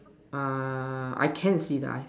uh I can see the eyes